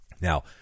Now